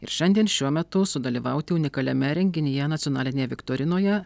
ir šiandien šiuo metu sudalyvauti unikaliame renginyje nacionalinėje viktorinoje